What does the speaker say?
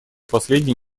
последние